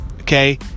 Okay